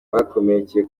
bakomerekeye